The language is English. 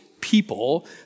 people